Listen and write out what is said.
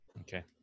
okay